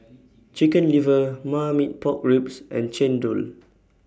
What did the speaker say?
Chicken Liver Marmite Pork Ribs and Chendol